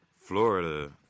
Florida